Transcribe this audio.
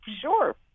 Sure